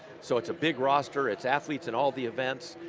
so it's a big roster, it's athletes in all the events,